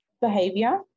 behavior